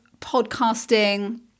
podcasting